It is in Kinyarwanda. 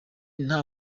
nta